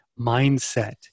mindset